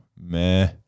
meh